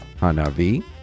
Hanavi